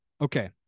Okay